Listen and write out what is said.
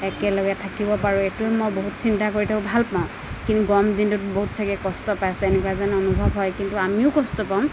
একেলগে থাকিব পাৰোঁ এইটোৱেই মই বহুত চিন্তা কৰি থাকোঁ ভাল পাওঁ কিন্তু গৰম দিনটোত বহুত চাগে কষ্ট পাইছে নেকি এনেকুৱা যেন অনুভৱ হয় কিন্তু আমিও কষ্ট পাওঁ